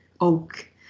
oak